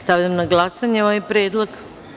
Stavljam na glasanje ovaj predlog.